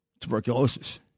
tuberculosis